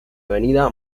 avenida